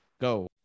Go